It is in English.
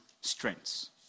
strengths